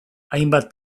hainbat